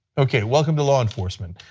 okay? welcome to law enforcement.